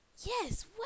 Yes